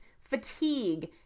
fatigue